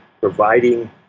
providing